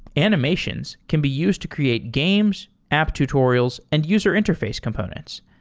animations can be used to create games, app tutorials and user interface components.